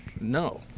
No